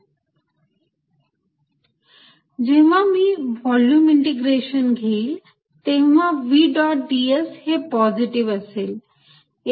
ds जेव्हा मी volume integration घेईल तेव्हा v डॉट ds हे पॉझिटिव असेल